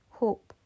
hope